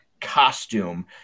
costume